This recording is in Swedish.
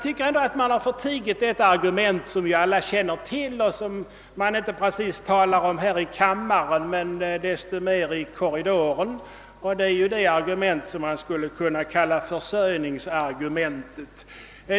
Men man har förtigit ett argument som alla känner till och som man inte precis talar om här i kammaren men desto mer i korridoren, nämligen det som skulle kunna kallas försörjningsargumentet.